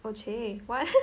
oh !chey! what